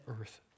earth